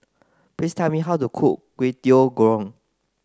please tell me how to cook Kway Teow Goreng